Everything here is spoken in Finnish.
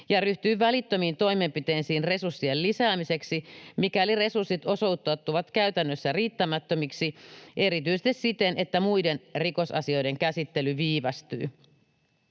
ja ryhtyy välittömiin toimenpiteisiin resurssien lisäämiseksi, mikäli resurssit osoittautuvat käytännössä riittämättömiksi erityisesti siten, että muiden rikosasioiden käsittely viivästyy.